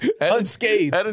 Unscathed